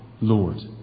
Lord